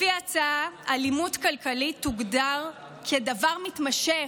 לפי ההצעה, אלימות כלכלית תוגדר כדבר מתמשך.